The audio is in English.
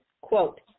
Quote